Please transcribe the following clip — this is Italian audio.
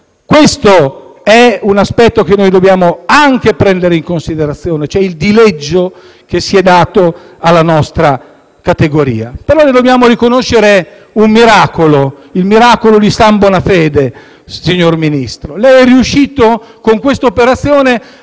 Questo è un aspetto che dobbiamo anche prendere in considerazione, cioè il dileggio che si è dato alla nostra categoria. Dobbiamo riconoscere un miracolo: il miracolo di "San Bonafede". Signor Ministro, con quest'operazione lei